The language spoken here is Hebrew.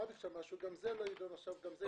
וגם זה לא יידון עכשיו אלא לאחר מכן.